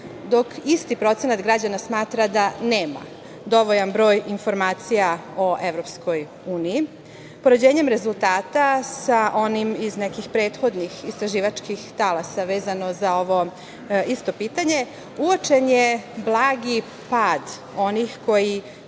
dok isti procenat građana smatra da nema dovoljan broj informacija o EU. Poređenjem rezultata sa onim iz nekih prethodnih istraživačkih talasa, vezano za ovo isto pitanje, uočen je blagi pad onih koji